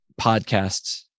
podcasts